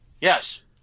Yes